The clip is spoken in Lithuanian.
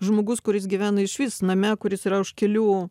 žmogus kuris gyvena išvis name kuris yra už kelių